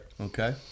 Okay